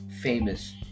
famous